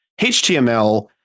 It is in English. HTML